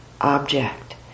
object